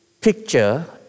picture